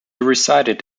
resided